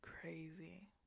crazy